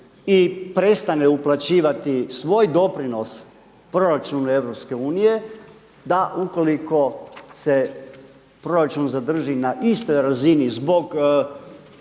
i prestane uplaćivati svoj doprinos proračunu EU da ukoliko se proračun zadrži na istoj razini zbog